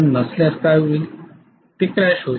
नसल्यास काय होईल ते क्रॅश होईल